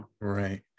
right